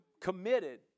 committed